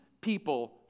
people